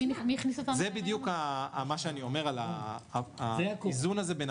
מי הכניס אותנו --- זה בדיוק מה שאני אומר על האיזון הזה בין